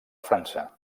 frança